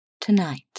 Tonight